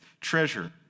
treasure